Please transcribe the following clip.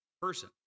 person